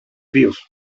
fríos